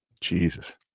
Jesus